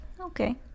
Okay